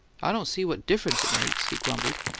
i don't see what difference it makes, he grumbled,